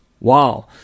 Wow